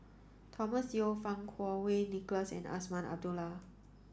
Thomas Yeo Fang Kuo Wei Nicholas and Azman Abdullah